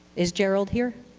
is gerald here?